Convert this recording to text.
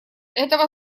этого